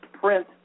print